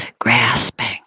grasping